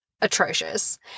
atrocious